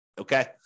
Okay